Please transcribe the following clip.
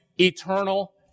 eternal